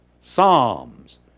Psalms